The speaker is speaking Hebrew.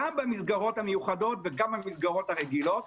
גם במסגרות המיוחדות וגם במסגרות הרגילות.